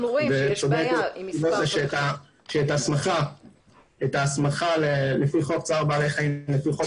את ההסמכה לפי חוק צער בעלי חיים לפי חוק